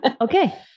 Okay